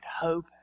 hope